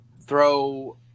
throw